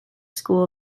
school